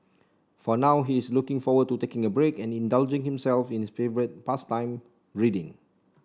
for now he is looking forward to taking a break and indulging himself in his favourite pastime reading